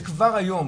שכבר היום,